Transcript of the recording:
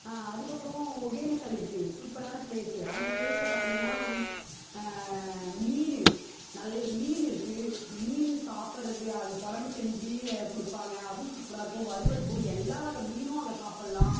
அதுக்கப்புறம் ஒகேனக்கல் இருக்குது சூப்பரான ப்ளேஸ்ஸு அந்த ப்ளேஸில் பார்த்தீங்கன்னா மீன் நல் மீன் இருக்குது மீன் சாப்புடறது அது கொழம்பு செஞ்சு கொடுப்பாங்க அதுவும் சூப்பராக இருக்கும் வறுவலுக்கும் எல்லா வகை மீனும் அங்கே சாப்புடலாம்